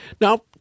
Now